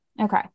Okay